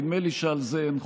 נדמה לי שעל זה אין חולק.